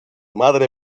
madre